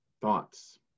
thoughts